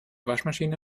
waschmaschine